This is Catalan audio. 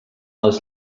les